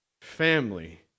family